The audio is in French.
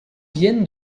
viennent